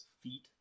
feet